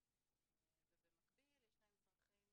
ובמקביל יש להם צרכים